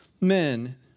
men